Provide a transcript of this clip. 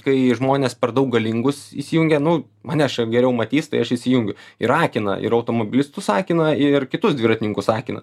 kai žmonės per daug galingus įsijungia nu mane geriau matys tai aš įsijungiu ir akina ir automobilistus akina ir kitus dviratininkus akina